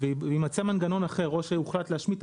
ויימצא מנגנון אחר או שיוחלט להשמיט את